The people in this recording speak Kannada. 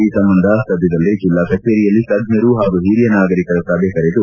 ಈ ಸಂಬಂಧ ಸದ್ದದಲ್ಲೇ ಜಿಲ್ಲಾ ಕಚೇರಿಯಲ್ಲಿ ತಜ್ವರು ಪಾಗೂ ಹಿರಿಯ ನಾಗರಿಕರ ಸಭೆ ಕರೆದು